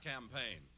Campaign